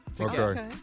Okay